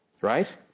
Right